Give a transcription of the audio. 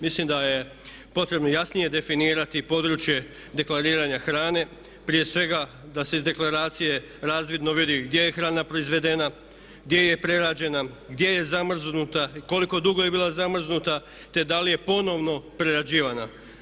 Mislim da je potrebno jasnije definirati područje deklariranja hrane, prije svega da se iz deklaracije razvidno vidi gdje je hrana proizvedena, gdje je prerađena, gdje je zamrznuta i koliko dugo je bila zamrznuta te da li je ponovno prerađivana.